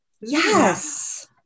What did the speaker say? Yes